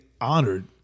honored